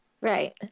Right